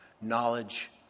knowledge